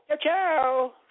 Ciao